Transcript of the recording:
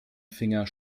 finger